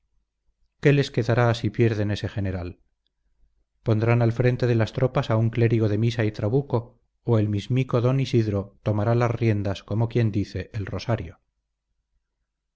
les quedará si pierden ese general pondrán al frente de las tropas a un clérigo de misa y trabuco o el mismico d isidro tomará las riendas como quien dice el rosario